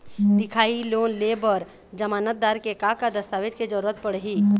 दिखाही लोन ले बर जमानतदार के का का दस्तावेज के जरूरत पड़ही?